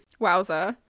Wowza